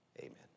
amen